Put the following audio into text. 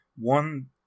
one